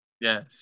Yes